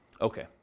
okay